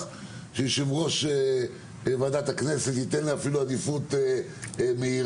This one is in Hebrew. שיושב ראש ועדת הכנסת ייתן לה אפילו עדיפות מהירה.